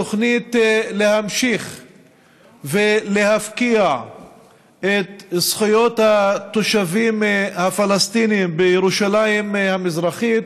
התוכנית להמשיך ולהפקיע את זכויות התושבים הפלסטינים בירושלים המזרחית,